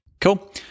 cool